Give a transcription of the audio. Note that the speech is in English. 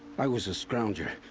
i was a scrounger.